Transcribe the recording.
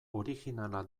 originala